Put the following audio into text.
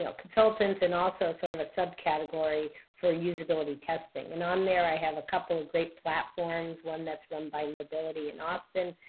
you know consultants, and also sort of a subcategory for usability testing. and on there, i have a couple of great platforms one that's run by nobility in austin,